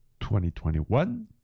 2021